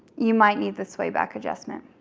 you might need the sway back adjustment.